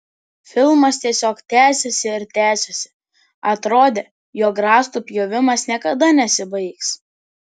filmas tiesiog tęsėsi ir tęsėsi atrodė jog rąstų pjovimas niekada nesibaigs